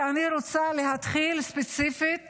ואני רוצה להתחיל ספציפית